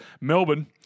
Melbourne